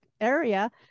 area